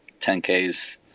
10Ks